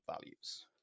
values